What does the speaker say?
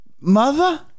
Mother